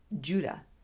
Judah